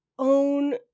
own